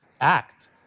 act